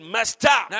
Master